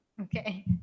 Okay